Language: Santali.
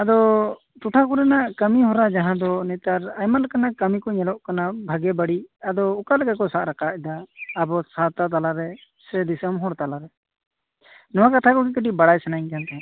ᱟᱫᱚ ᱴᱚᱴᱷᱟ ᱠᱚᱨᱮᱱᱟᱜ ᱠᱟᱹᱢᱤ ᱦᱚᱨᱟ ᱡᱟᱦᱟᱸ ᱫᱚ ᱱᱮᱛᱟᱨ ᱟᱭᱢᱟ ᱞᱮᱠᱟᱱᱟᱜ ᱠᱟᱹᱢᱤ ᱠᱚ ᱧᱮᱞᱚᱜ ᱠᱟᱱᱟ ᱵᱷᱟᱜᱮ ᱵᱟᱹᱲᱤᱡ ᱟᱫᱚ ᱚᱠᱟᱞᱮᱠᱟ ᱠᱚ ᱥᱟᱵ ᱨᱟᱠᱟᱵᱮᱫᱟ ᱟᱵᱚ ᱥᱟᱶᱛᱟ ᱛᱟᱞᱟᱨᱮ ᱥᱮ ᱫᱤᱥᱚᱢ ᱦᱚᱲ ᱛᱟᱞᱟᱨᱮ ᱱᱚᱣᱟ ᱠᱟᱛᱷᱟ ᱠᱚᱜᱮ ᱠᱟ ᱴᱤᱡ ᱵᱟᱰᱟᱣ ᱥᱟᱱᱟᱧ ᱠᱟᱱ ᱛᱟᱦᱮᱸᱫ